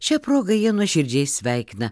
šia proga ją nuoširdžiai sveikina